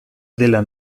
della